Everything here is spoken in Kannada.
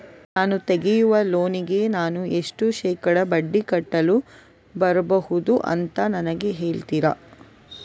ನಾನು ತೆಗಿಯುವ ಲೋನಿಗೆ ನಾನು ಎಷ್ಟು ಶೇಕಡಾ ಬಡ್ಡಿ ಕಟ್ಟಲು ಬರ್ಬಹುದು ಅಂತ ನನಗೆ ಹೇಳ್ತೀರಾ?